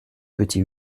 petit